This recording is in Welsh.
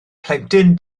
plentyn